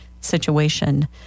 situation